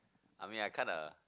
I mean I kinda